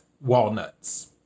walnuts